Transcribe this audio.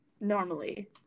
Normally